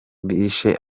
bishe